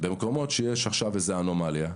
במקומות שיש עכשיו איזושהי אנומליה,